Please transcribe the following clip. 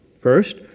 first